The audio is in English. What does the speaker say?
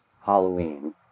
Halloween